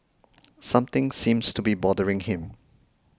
something seems to be bothering him